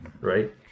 right